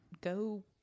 go